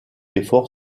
effort